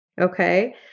Okay